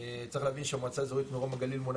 צריך להבין שהמועצה האזורית מרום הגליל מונה